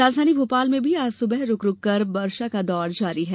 राजधानी भोपाल में भी आज सुबह रूक रूक कर बारिश का दौर जारी है